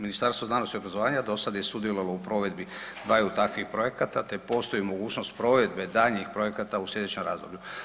Ministarstvo znanosti i obrazovanja do sada je sudjelovalo u provedbi dvaju takvih projekata te postoji mogućnost provedbe daljnjih projekata u sljedećem razdoblju.